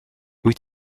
wyt